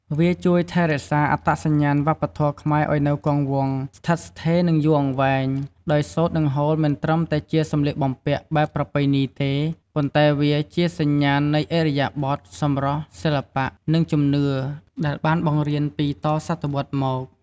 វាជួយថែរក្សាអត្តសញ្ញាណវប្បធម៌ខ្មែរឱ្យនៅគង់វង្ស ស្ថិតស្ថេរ និងយូរអង្វែង ដោយសូត្រ និងហូលមិនត្រឹមតែជាសម្លៀកបំពាក់បែបប្រពៃណីទេ ប៉ុន្តែវាជាសញ្ញាណនៃឥរិយាបថ សម្រស់ សិល្បៈ និងជំនឿដែលបានបង្រៀនពីតសតវត្សរ៍មក។